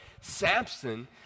Samson